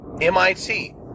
MIT